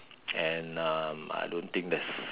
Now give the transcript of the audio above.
and um I don't think there's